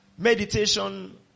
Meditation